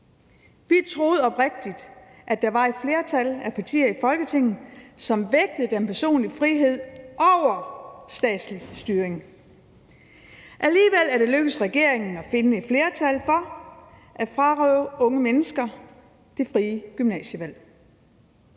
Vi troede oprigtigt, at der var et flertal af partier i Folketinget, som vægtede den personlige frihed over statslig styring. Alligevel er det lykkedes regeringen at finde et flertal for at frarøve unge mennesker det frie gymnasievalg.